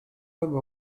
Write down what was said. sommes